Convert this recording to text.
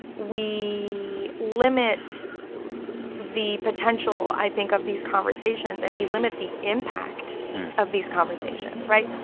we limit the potential, i think, of these conversations. and we limit the impact of these conversations, right?